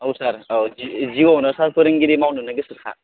औ सार औ जिउआवनो सार फोरोंगिरि मावनोनो गोसोखा